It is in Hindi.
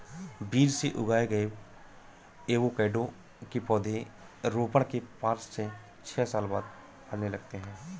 बीज से उगाए गए एवोकैडो के पौधे रोपण के पांच से छह साल बाद फलने लगते हैं